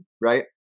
right